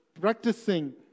practicing